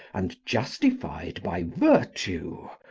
and justified by virtue,